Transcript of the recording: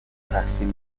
تحصیل